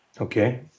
Okay